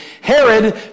Herod